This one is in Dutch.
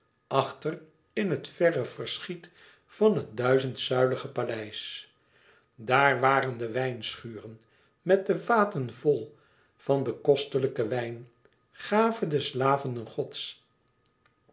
achter in het verre verschiet van het duizendzuilig paleis daar waren de wijnschuren met de vaten vl van den kostelijken wijn gave des lavenden gods